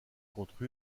contre